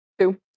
Two